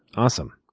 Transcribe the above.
awesome.